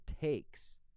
takes